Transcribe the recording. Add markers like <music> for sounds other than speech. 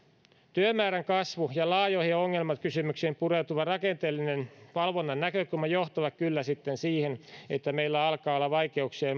työmäärän kasvu ja laajoihin ongelmakysymyksiin pureutuva rakenteellinen valvonnan näkökulma johtavat kyllä sitten siihen että ilman lisäresursseja meillä alkaa olla vaikeuksia <unintelligible>